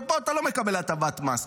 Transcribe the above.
ופה אתה לא מקבל הטבת מס,